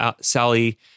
Sally